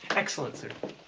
excellent, sir.